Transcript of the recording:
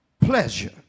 pleasure